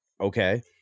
okay